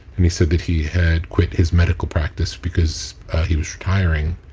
and he said that he had quit his medical practice because he was retiring.